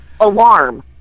alarm